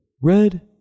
red